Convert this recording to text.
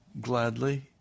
gladly